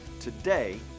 Today